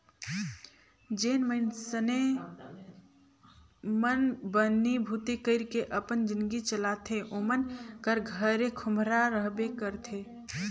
जेन मइनसे मन बनी भूती कइर के अपन जिनगी चलाथे ओमन कर घरे खोम्हरा रहबे करथे